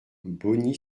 bogny